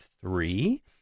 three